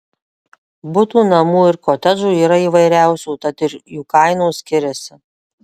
butų namų ir kotedžų yra įvairiausių tad ir jų kainos skiriasi